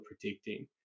predicting